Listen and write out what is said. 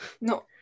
No